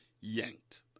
yanked